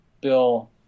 bill